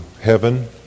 heaven